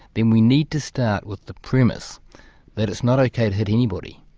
then we need to start with the premise that it's not ok to hit anybody.